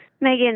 Megan